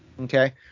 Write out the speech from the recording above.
Okay